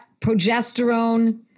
progesterone